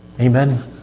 Amen